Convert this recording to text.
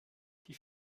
die